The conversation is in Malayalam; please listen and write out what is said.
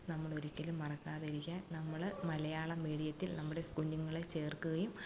നമ്മളൊരിക്കലും മറക്കാതിരിക്കാൻ നമ്മള് മലയാളം മീഡിയത്തിൽ നമ്മുടെ കുഞ്ഞുങ്ങളെ ചേർക്കുകയും